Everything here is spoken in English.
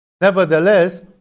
Nevertheless